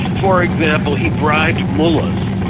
for example, he bribed mullahs,